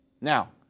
Now